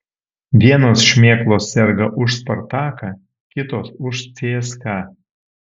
vienos šmėklos serga už spartaką kitos už cska